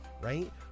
right